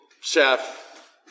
chef